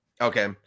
Okay